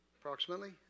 approximately